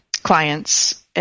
clients